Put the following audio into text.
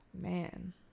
Man